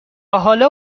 حالا